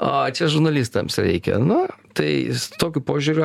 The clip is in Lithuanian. o čia žurnalistams reikia nu tai su tokiu požiūriu